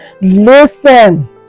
Listen